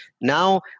Now